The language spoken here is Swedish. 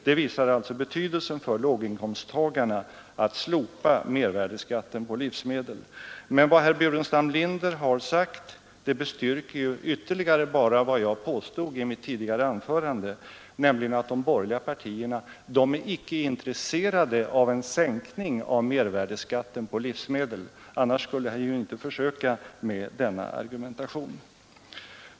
Det visar betydelsen för låginkomsttagarna av att slopa mervärdeskatten på livsmedel. Men vad herr Burenstam Linder har sagt bestyrker ju bara ytterligare vad jag påstod i mitt tidigare anförande, nämligen att de borgerliga partierna icke är intresserade av en sänkning av mervärdeskatten på livsmedel — annars skulle han väl inte försöka med denna argumentation.